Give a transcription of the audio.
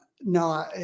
no